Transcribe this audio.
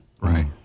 Right